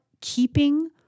keeping